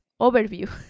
overview